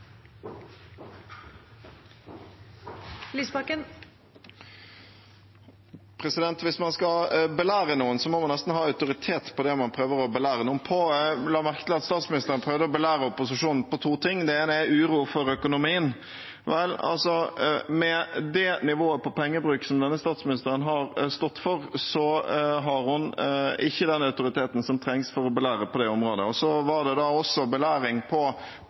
Hvis man skal belære noen, må man nesten ha autoritet på det man prøver å belære noen om. Jeg la merke til at statsministeren prøvde å belære opposisjonen om to ting. Det ene er uro for økonomien. Vel, med det nivået på pengebruk som denne statsministeren har stått for, har hun ikke den autoriteten som trengs for å belære på det området. Så var det også belæring